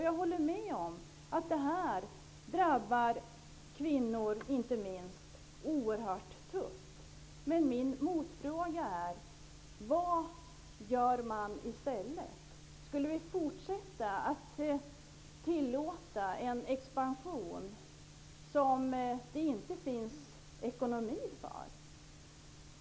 Jag håller med om att detta drabbar kvinnor oerhört hårt. Min motfråga är: Vad skall man göra i stället? Skall vi fortsätta att tillåta en expansion som det inte finns ekonomi för?